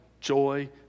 joy